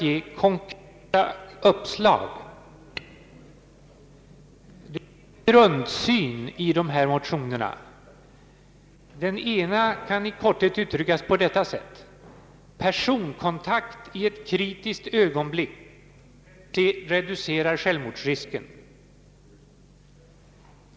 Det finns en grundsyn i dessa motioner. Ett betydelsefullt moment i dem kan i korthet uttryckas på detta sätt: personkontakt i ett kritiskt ögonblick reducerar självmordsrisken.